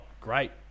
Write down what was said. great